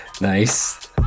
Nice